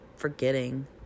Forgetting